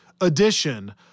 edition